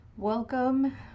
welcome